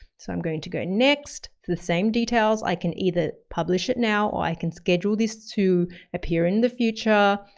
so i'm going to go next, with the same details i can either publish it now or i can schedule this to appear in the future,